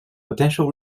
potential